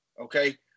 Okay